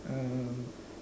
um